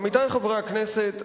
עמיתי חברי הכנסת,